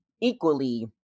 equally